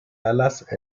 alas